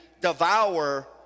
devour